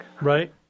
Right